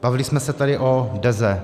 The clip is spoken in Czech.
Bavili jsme se tady o Deze.